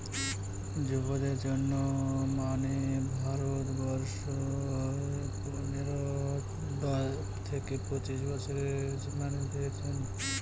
যুবদের জন্য মানে ভারত বর্ষে পনেরো থেকে পঁচিশ বছরের মানুষদের জন্য